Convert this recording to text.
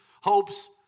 hopes